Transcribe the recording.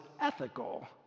ethical